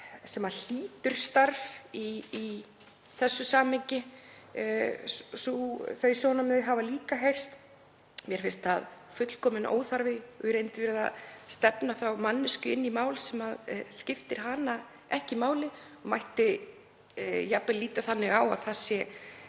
sem hlýtur starf í þessu samhengi. Þau sjónarmið hafa líka heyrst. Mér finnst það fullkominn óþarfi og í reynd verið að stefna þá manneskju inn í mál sem skiptir hana ekki máli. Mætti jafnvel líta þannig á að það